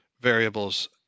variables